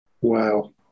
Wow